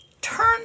Turn